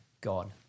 God